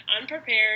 unprepared